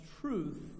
truth